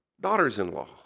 daughters-in-law